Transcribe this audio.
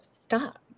stop